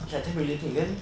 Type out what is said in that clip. ya I didn't really think then